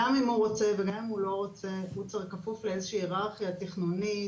גם אם הוא רוצה וגם אם הוא לא רוצה הוא כפוף להיררכיה תכנונית,